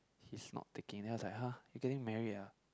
he is not taking then I was like [huh] you getting married ah